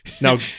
Now